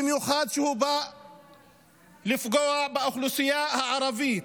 במיוחד כשהוא בא לפגוע באוכלוסייה הערבית,